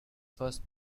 first